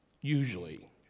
Usually